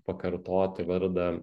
pakartoti vardą